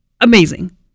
Amazing